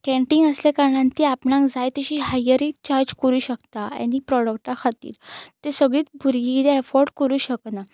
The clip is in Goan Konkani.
कॅन्टीन आसल्या कारणान ती आपणाक जाय तशीं हायरीय चार्ज करूं शकता ऍनी प्रोडक्टा खातीर तें सगळींच भुरगीं कितें एफोर्ड करूं शकना